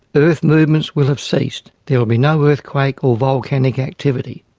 earth movements will have ceased. there will be no earthquake or volcanic activity.